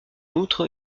outre